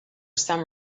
some